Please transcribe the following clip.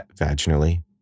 vaginally